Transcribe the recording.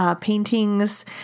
paintings